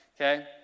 okay